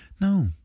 No